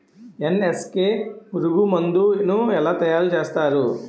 NSK పురుగు మందు ను ఎలా తయారు చేస్తారు?